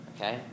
okay